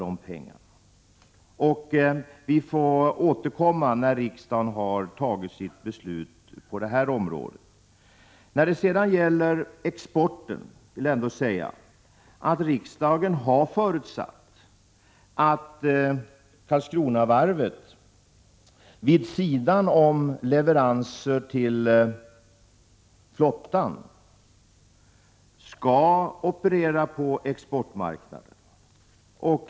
Vi får återkomma i frågan när riksdagen har fattat sitt beslut på detta område. När det sedan gäller exporten har riksdagen förutsatt att Karlskronavarvet vid sidan om leveranser till flottan skall operera på exportmarknaden.